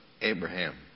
Abraham